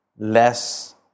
Less